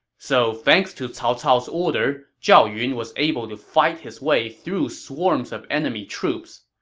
so thanks to cao cao's order, zhao yun was able to fight his way through swarms of enemy troops.